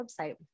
website